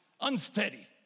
unsteady